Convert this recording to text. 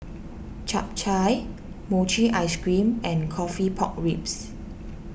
Chap Chai Mochi Ice Cream and Coffee Pork Ribs